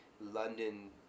London